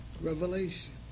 revelation